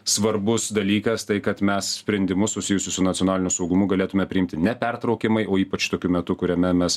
svarbus dalykas tai kad mes sprendimus susijusius su nacionaliniu saugumu galėtume priimti nepertraukiamai o ypač tokiu metu kuriame mes